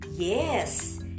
Yes